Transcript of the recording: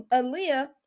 Aaliyah